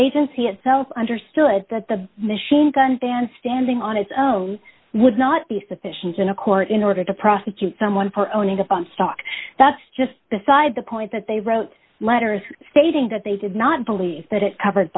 agency itself understood that the machine guns than standing on its own would not be sufficient in a court in order to prosecute someone for owning a fahnestock that's just beside the point that they wrote letters stating that they did not believe that it covered